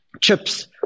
chips